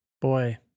Boy